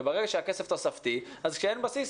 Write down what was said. וברגע שהכסף תוספתי אז כשאין בסיס,